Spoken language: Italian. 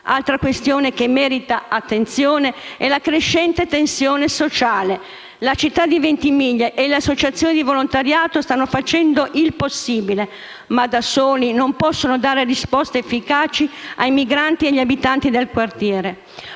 Un'altra questione che merita attenzione è la crescente tensione sociale. La città di Ventimiglia e le associazioni di volontariato stanno facendo il possibile, ma da soli non possono dare risposte efficaci ai migranti e agli abitanti del quartiere.